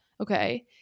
okay